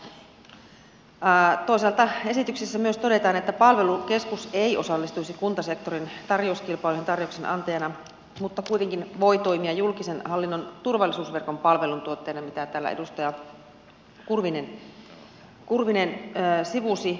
toisaalta esityksessä myös todetaan että palvelukeskus ei osallistuisi kuntasektorin tarjouskilpailuihin tarjouksen antajana mutta kuitenkin voi toimia julkisen hallinnon turvallisuusverkon palveluntuottajana mitä täällä edustaja kurvinen sivusi